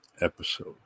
episode